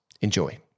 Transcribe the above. Enjoy